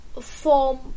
form